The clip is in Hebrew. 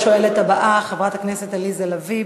אנחנו נעבור לשואלת הבאה, חברת הכנסת עליזה לביא.